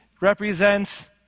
represents